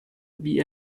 wie